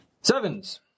Sevens